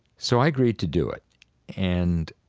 so i agreed to do it and